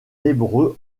hébreu